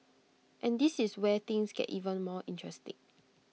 and this is where things get even more interesting